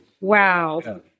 Wow